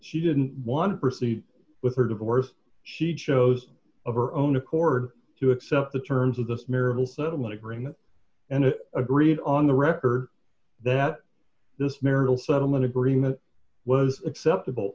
she didn't want to proceed with her divorce she chose of her own accord to accept the terms of this marital settlement agreement and agreed on the record that this marital settlement agreement was acceptable